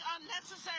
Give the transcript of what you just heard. unnecessary